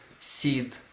seed